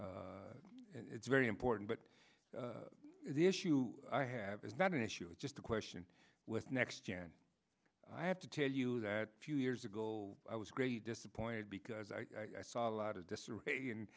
r it's very important but the issue i have is not an issue it's just a question with next gen i have to tell you that a few years ago i was great disappointed because i saw a lot of disarray and